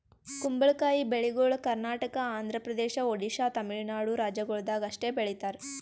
ಕುಂಬಳಕಾಯಿ ಬೆಳಿಗೊಳ್ ಕರ್ನಾಟಕ, ಆಂಧ್ರ ಪ್ರದೇಶ, ಒಡಿಶಾ, ತಮಿಳುನಾಡು ರಾಜ್ಯಗೊಳ್ದಾಗ್ ಅಷ್ಟೆ ಬೆಳೀತಾರ್